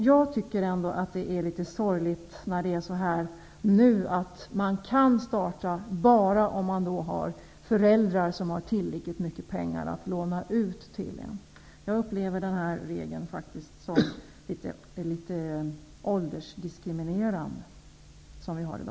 Jag tycker att det är litet sorgligt som det nu är, att det bara är ungdomar som har föräldrar med tillräckligt pengar att låna ut som har möjlighet att starta eget. Jag upplever faktiskt den nuvarande regeln som litet åldersdiskriminerande.